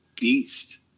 beast